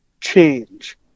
change